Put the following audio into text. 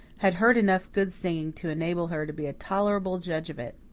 had heard enough good singing to enable her to be a tolerable judge of it.